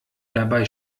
dabei